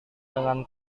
dengan